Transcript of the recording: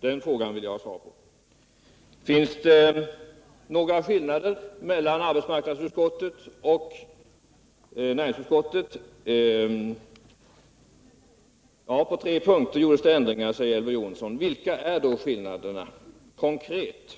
Den frågan fick jag inte något svar på, men det vill jag ha. Finns det någon skillnad mellan arbetsmarknadsutskottet och näringsutskottet? Ja, på tre punkter gjordes det ändringar, säger Elver Jonsson. Vilka är då skillnaderna rent konkret?